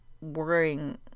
worrying